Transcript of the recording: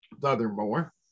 furthermore